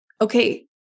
okay